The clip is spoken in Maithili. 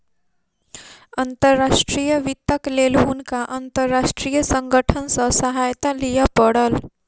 अंतर्राष्ट्रीय वित्तक लेल हुनका अंतर्राष्ट्रीय संगठन सॅ सहायता लिअ पड़ल